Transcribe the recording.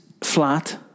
flat